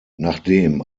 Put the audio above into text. nachdem